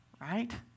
right